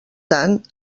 tant